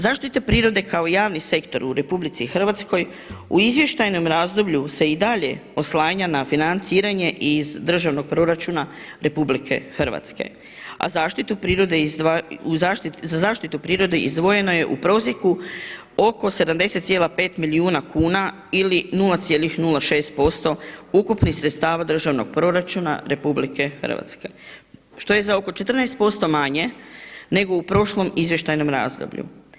Zaštita prirode kako javni sektor u RH u izvještajnom razdoblju se i dalje oslanja na financiranje iz državnog proračuna RH, a za zaštitu prirode izdvojeno je u prosjeku oko 70,5 milijuna kuna ili 0,06% ukupnih sredstava državnog proračuna RH što je za oko 14% manje nego u prošlom izvještajnom razdoblju.